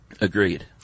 Agreed